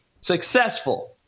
successful